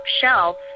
shelf